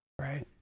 Right